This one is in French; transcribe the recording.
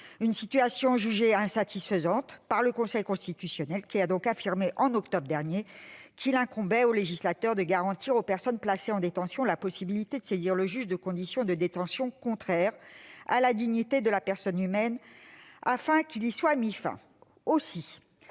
Cette situation a été jugée insatisfaisante par le Conseil constitutionnel, qui a donc affirmé, en octobre dernier, qu'il incombait au législateur de garantir aux personnes placées en détention la possibilité de saisir le juge de conditions de détention contraires à la dignité de la personne humaine afin qu'il y soit mis fin.